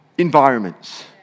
environments